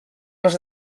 les